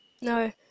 no